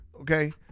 okay